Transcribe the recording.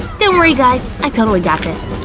don't worry guys, i totally got this.